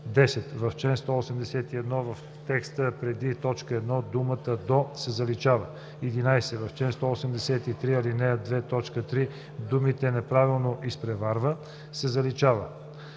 10. В чл. 181 в текста преди т. 1 думата „до“ се заличава. 11. В чл. 183, ал. 2, т. 3 думите „неправилно изпреварва“ се заличават.